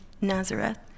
Nazareth